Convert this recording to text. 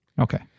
Okay